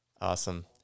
Awesome